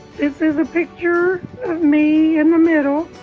this is a picture of me in the middle.